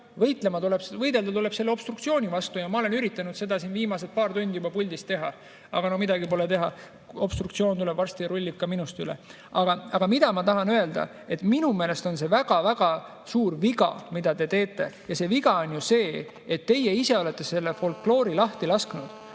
võidelda tuleb selle obstruktsiooni vastu. Ja ma olen üritanud seda siin puldis viimased paar tundi teha. Aga no midagi pole teha, obstruktsioon tuleb varsti ja rullib ka minust üle. Ent mida ma tahan öelda? Minu meelest on see väga suur viga, mille te teete, ja see viga on see, et teie ise olete selle folkloori lahti lasknud,